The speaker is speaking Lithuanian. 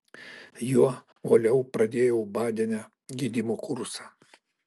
juo uoliau pradėjau badene gydymo kursą